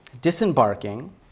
Disembarking